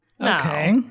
Okay